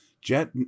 Jet